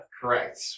correct